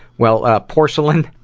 well, ah, porcelain,